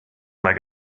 like